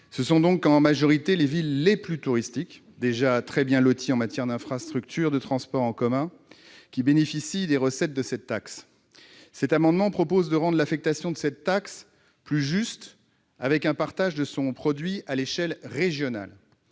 Ce sont donc en majorité les villes les plus touristiques, déjà très bien loties en matière d'infrastructures de transports en commun, qui bénéficient des recettes de cette taxe. Cet amendement tend à rendre l'affectation de cette taxe plus juste, avec un partage de son produit à l'échelle régionale.